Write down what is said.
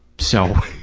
so,